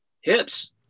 Hips